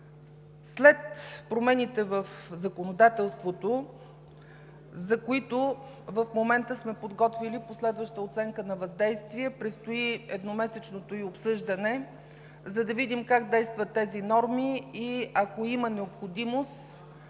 След промените в законодателството, за които в момента сме подготвили последваща оценка на въздействие, предстои едномесечното ѝ обсъждане, за да видим как действат тези норми и, ако има необходимост,